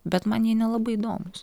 bet man jie nelabai įdomūs